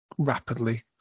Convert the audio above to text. Rapidly